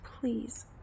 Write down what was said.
Please